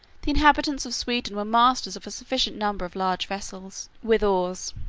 the inhabitants of sweden were masters of a sufficient number of large vessels, with oars,